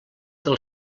del